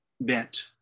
bent